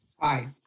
Aye